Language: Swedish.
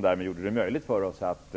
Därmed blev det möjligt för oss att